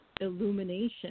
illumination